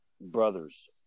brothers